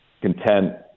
content